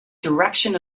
direction